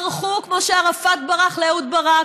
ברחו כמו שערפאת ברח לאהוד ברק.